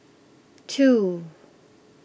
two